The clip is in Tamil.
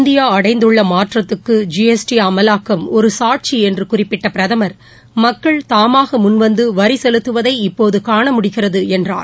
இந்தியா அடைந்துள்ளமாற்றத்துக்கு ஜிஎஸ்டி அமலாக்கம் ஒருகாட்சிஎன்றுகுறிப்பிட்டபிரதமர் மக்கள் தாமாகமுன் வந்துவரிசெலுத்துவதை இப்போதுகாணமுடிகிறதுஎன்றார்